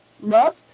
love